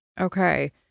Okay